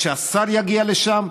שהשר יגיע לשם,